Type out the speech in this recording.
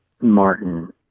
Martin